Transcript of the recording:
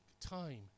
time